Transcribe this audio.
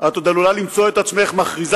את עוד עלולה למצוא את עצמך מכריזה